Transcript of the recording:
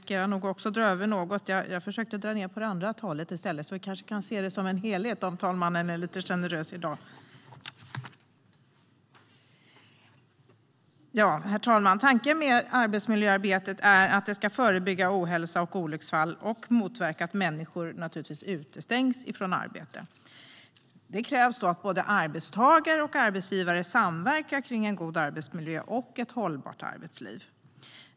Herr talman! Tanken med arbetsmiljöarbetet är att det ska förebygga ohälsa och olycksfall samt motverka att människor utestängs från arbete. Det krävs att både arbetstagare och arbetsgivare samverkar för en god arbetsmiljö och ett hållbart arbetsliv.